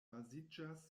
baziĝas